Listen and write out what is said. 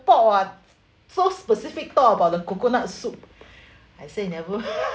pot so specific talk about the coconut soup I say never